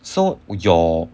so your